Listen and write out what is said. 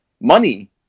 money